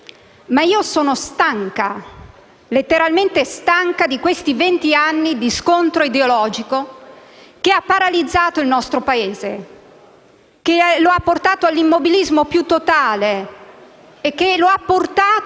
ma io sono letteralmente stanca di questi vent'anni di scontro ideologico che ha paralizzato il nostro Paese, che lo ha portato all'immobilismo più totale, che lo ha portato